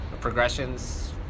progressions